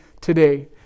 today